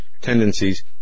tendencies